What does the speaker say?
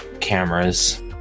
cameras